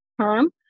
term